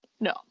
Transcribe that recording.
No